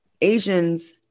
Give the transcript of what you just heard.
Asians